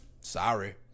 sorry